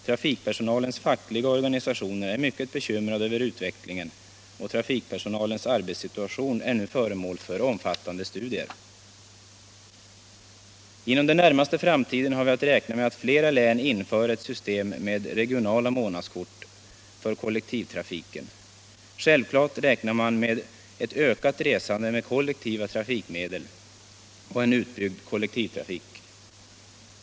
Trafikpersonalens fackliga organisationer är mycket bekymrade över utvecklingen, och trafikpersonalens arbetssituation är nu föremål för omfattande studier. Inom den närmaste framtiden har vi att räkna med att flera län inför ett system med regionala månadskort för kollektivtrafiken. Självklart räknar man med ett ökat resande på kollektiva trafikmedel och en utbyggd kollektivtrafik.